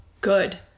good